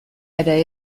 ere